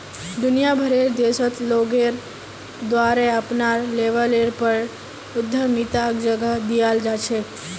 दुनिया भरेर देशत लोगेर द्वारे अपनार लेवलेर पर उद्यमिताक जगह दीयाल जा छेक